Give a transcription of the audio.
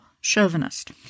chauvinist